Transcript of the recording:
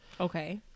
Okay